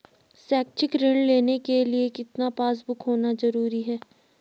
शैक्षिक ऋण लेने के लिए कितना पासबुक होना जरूरी है?